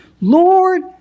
Lord